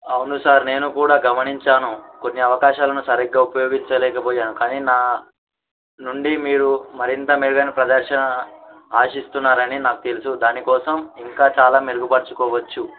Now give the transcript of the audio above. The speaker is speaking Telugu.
అవును సార్ నేను కూడా గమనించాను కొన్ని అవకాశాలను సరిగ్గా ఉపయోగించలేకపోయాను కానీ నా నుండి మీరు మరింత మెరుగైన ప్రదర్శన ఆశిస్తున్నారని నాకు తెలుసు దానికోసం ఇంకా చాలా మెరుగుపరుచుకోవచ్చు